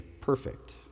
perfect